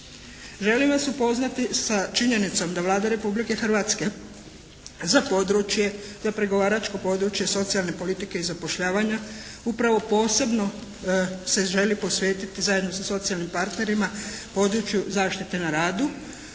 Želim vas upoznati sa činjenicom da Vlada Republike Hrvatske za područje, to je pregovaračko područje socijalne politike i zapošljavanja upravo posebno se želi posvetiti zajedno sa socijalnim partnerima području zaštite na radu